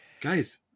Guys